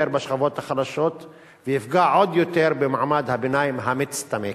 בשכבות החלשות ויפגע עוד יותר במעמד הביניים המצטמק.